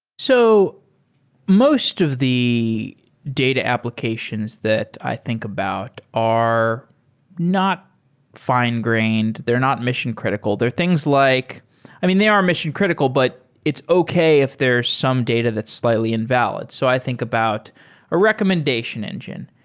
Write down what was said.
so most of the data applications that i think about are not fi ne-grained. they're not mission-critical. they're things like i mean, they are mission-critical, but it's okay if there's some data that's slightly invalid. so i think about a recommendation engine.